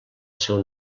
seu